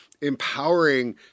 empowering